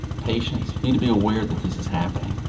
patients need to be aware that this is happening.